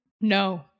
No